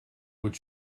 votre